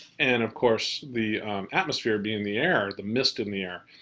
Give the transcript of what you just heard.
and of course the atmosphere being the air, the mist in the air,